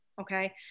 Okay